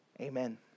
Amen